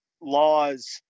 laws